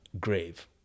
grave